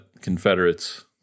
confederates